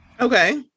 Okay